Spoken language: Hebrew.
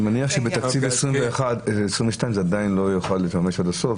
אני מניח שבתקציב 22' זה עדיין לא יוכל להתממש עד הסוף,